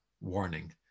warning